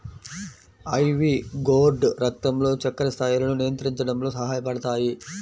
ivy gourd రక్తంలో చక్కెర స్థాయిలను నియంత్రించడంలో సహాయపడతాయి